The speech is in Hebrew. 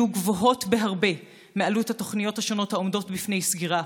גבוהה בהרבה מעלות התוכניות השונות העומדות בפני סגירה.